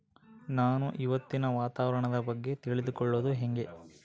ನಾನು ಇವತ್ತಿನ ವಾತಾವರಣದ ಬಗ್ಗೆ ತಿಳಿದುಕೊಳ್ಳೋದು ಹೆಂಗೆ?